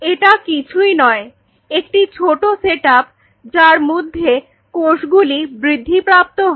এটা কিছুই নয় একটি ছোট সেটআপ যার মধ্যে কোষগুলি বৃদ্ধিপ্রাপ্ত হয়